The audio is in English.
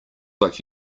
like